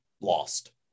lost